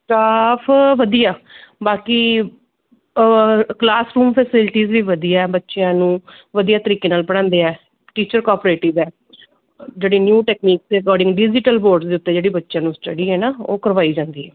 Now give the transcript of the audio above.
staff ਵਧੀਆ ਬਾਕੀ classroom facilities ਵੀ ਵਧੀਆ ਬੱਚਿਆਂ ਨੂੰ ਵਧੀਆ ਤਰੀਕੇ ਨਾਲ ਪੜ੍ਹਾਉਂਦੇ ਹੈ ਟੀਚਰ ਕੋਆਪਰੇਟਿਵ ਹੈ ਜਿਹੜੀ ਨਿਊ ਟੈਕਨੀਕਸ ਦੇ ਅਕੋਡਿੰਗ ਡਿਜੀਟਲ ਬੋਰਡ ਦੇ ਉੱਤੇ ਜਿਹੜੀ ਬੱਚਿਆਂ ਨੂੰ ਸਟੱਡੀ ਹੈ ਨਾ ਉਹ ਕਰਵਾਈ ਜਾਂਦੀ ਹੈ